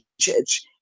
church